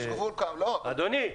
יש גבול כמה --- אדוני.